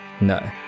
No